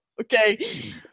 Okay